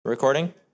recording